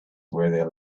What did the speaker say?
where